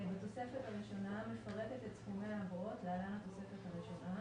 את סכומי האגרות (להלן התוספת הראשונה),